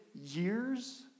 years